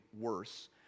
worse